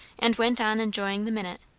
and went on enjoying the minute.